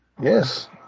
Yes